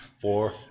four